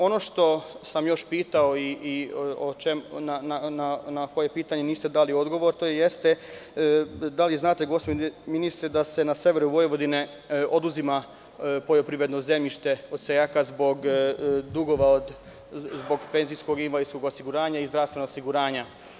Ono što sam još pitao i na koje pitanje niste dali odgovor, to jeste da li znate gospodine ministre da se na severu Vojvodine oduzima poljoprivredno zemljište od seljaka zbog dugova zbog penzijskog i invalidskog osiguranja i zdravstvenog osiguranja.